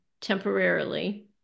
temporarily